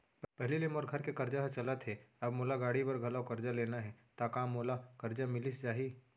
पहिली ले मोर घर के करजा ह चलत हे, अब मोला गाड़ी बर घलव करजा लेना हे ता का मोला करजा मिलिस जाही?